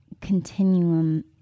Continuum